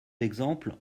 exemples